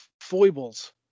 foibles